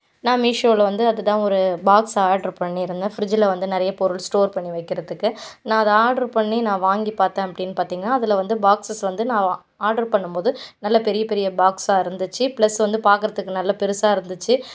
நான் மீஷோவில் வந்து அது தான் ஒரு பாக்ஸ் ஆர்டர் பண்ணியிருந்தேன் ஃப்ரிட்ஜில் வந்து நிறைய பொருள் ஸ்டோர் பண்ணி வைக்கிறத்துக்கு நான் அதை ஆர்டர் பண்ணி நான் வாங்கி பார்த்தேன் அப்படின்னு பார்த்தீங்கன்னா அதில் வந்து பாக்சஸ் வந்து நான் ஆ ஆர்டர் பண்ணும் போது நல்ல பெரிய பெரிய பாக்ஸாக இருந்துச்சு ப்ளஸ் வந்து பார்க்கறத்துக்கு நல்ல பெருசாக இருந்துச்சு